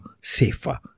safer